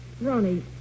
Ronnie